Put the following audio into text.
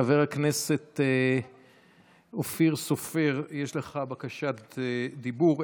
חבר הכנסת אופיר סופר, יש לך בקשת דיבור.